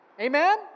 Amen